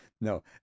No